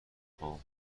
خواهم